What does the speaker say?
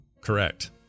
Correct